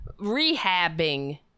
rehabbing